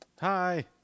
Hi